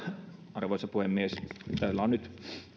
arvoisa puhemies täällä on nyt